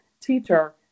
teacher